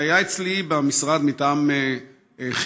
היה אצלי במשרד מטעם חינוך,